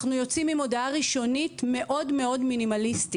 אנחנו יוצאים עם הודעה ראשונית מאוד-מאוד מינימליסטית.